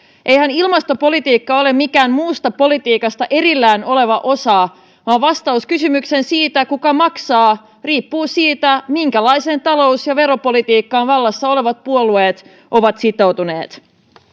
eihän ilmastopolitiikka ole mikään muusta politiikasta erillään oleva osa vaan vastaus kysymykseen siitä kuka maksaa riippuu siitä minkälaiseen talous ja veropolitiikkaan vallassa olevat puolueet ovat sitoutuneet